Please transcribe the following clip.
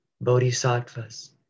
bodhisattvas